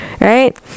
right